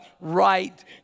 right